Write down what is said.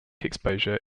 exposure